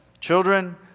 children